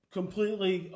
completely